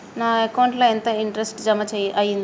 నా అకౌంట్ ల ఎంత ఇంట్రెస్ట్ జమ అయ్యింది?